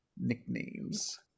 nicknames